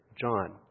John